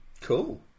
Cool